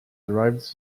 arrived